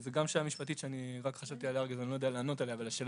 גם ההסדר הזה הוא חל עד להחלטה של השר